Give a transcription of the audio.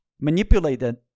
manipulated